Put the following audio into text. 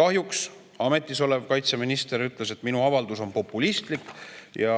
Kahjuks ametis olev kaitseminister ütles, et minu avaldus on populistlik ja